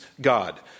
God